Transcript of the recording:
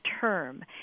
term